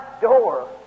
door